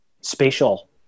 spatial